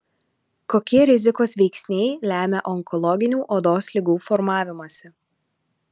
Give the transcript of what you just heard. kokie rizikos veiksniai lemia onkologinių odos ligų formavimąsi